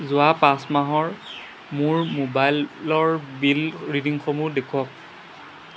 যোৱা পাঁচ মাহৰ মোৰ মোবাইলৰ বিল ৰিডিংসমূহ দেখুৱাওক